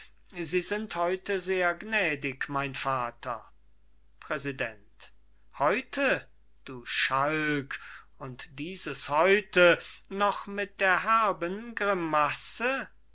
sie sind heute sehr gnädig mein vater präsident heute du schalk und dieses heute noch mit der herben grimasse